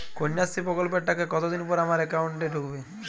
কন্যাশ্রী প্রকল্পের টাকা কতদিন পর আমার অ্যাকাউন্ট এ ঢুকবে?